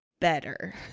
better